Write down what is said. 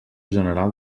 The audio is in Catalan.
general